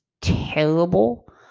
terrible